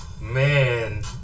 man